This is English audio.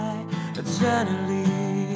eternally